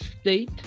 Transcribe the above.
state